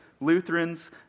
Lutherans